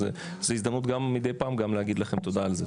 אז זו הזדמנות גם מדי פעם להגיד לכם תודה על זה,